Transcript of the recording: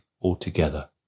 altogether